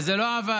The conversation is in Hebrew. וזה לא עבד.